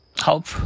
Hope